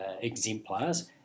exemplars